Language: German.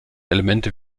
elemente